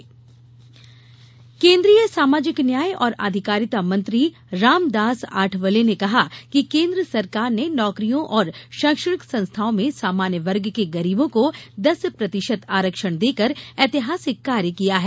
आठवले बयान केन्द्रीय सामाजिक न्याय और अधिकारिता मंत्री रामदास आठवले ने कहा कि केन्द्र सरकार ने नौकरियों और शैक्षणिक संस्थाओं में सामान्य वर्ग के गरीबों को दस प्रतिशत आरक्षण देकर ऐतिहासिक कार्य किया है